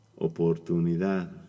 oportunidad